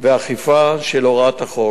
ואכיפה של הוראות החוק.